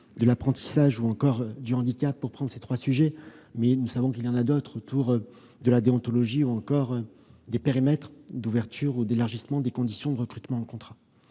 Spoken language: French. de l'apprentissage ou encore du handicap, pour prendre ces trois sujets, mais nous savons qu'il y en a d'autres, autour de la déontologie ou encore des périmètres d'ouverture ou d'élargissement des conditions de recrutement sur contrat.